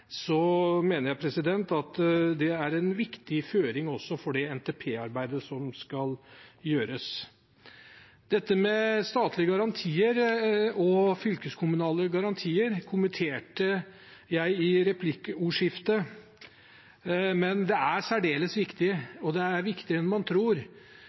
mener jeg at det er en viktig føring også for det NTP-arbeidet som skal gjøres. Dette med statlige garantier og fylkeskommunale garantier kommenterte jeg i replikkordskiftet. Det er særdeles viktig, og det er viktigere enn man tror,